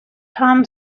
tom